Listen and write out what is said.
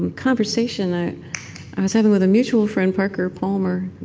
and conversation ah i was having with a mutual friend, parker palmer.